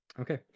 Okay